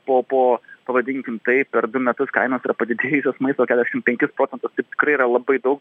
po po pavadinkim taip per du metus kainos padidėjusios maisto keturiasdešim penkis procentus tai tikrai yra labai daug